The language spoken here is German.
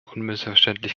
unmissverständlich